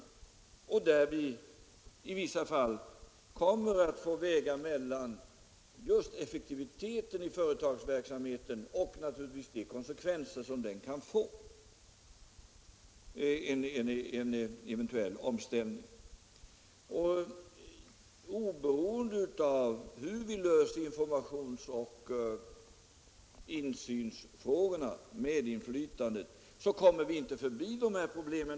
Vi kommer då i vissa fall också att tvingas företa en avvägning mellan effektiviteten i företagsverksamheten och de konsekvenser en eventuell omställning kan få. Oberoende av hur man löser informationsoch medinflytandefrågorna kvarstår dessa problem.